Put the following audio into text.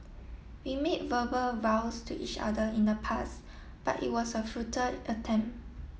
we made verbal vows to each other in the past but it was a futile attempt